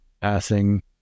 passing